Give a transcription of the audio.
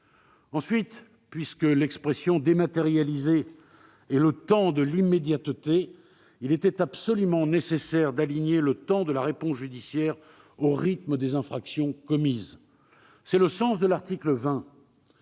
au vu de l'expression dématérialisée et du temps de l'immédiateté, il était absolument nécessaire d'aligner le temps de la réponse judiciaire au rythme des infractions commises. C'est le sens de l'article 20,